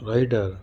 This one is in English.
rider